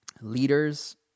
leaders